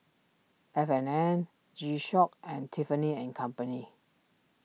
F and N G Shock and Tiffany and Company